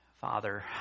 Father